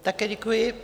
Také děkuji.